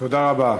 תודה רבה.